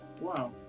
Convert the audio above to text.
Wow